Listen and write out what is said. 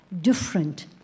different